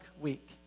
week